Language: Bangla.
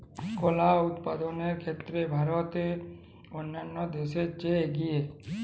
কলা উৎপাদনের ক্ষেত্রে ভারত অন্যান্য দেশের চেয়ে এগিয়ে